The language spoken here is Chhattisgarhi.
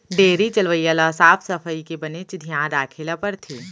डेयरी चलवइया ल साफ सफई के बनेच धियान राखे ल परथे